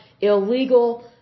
illegal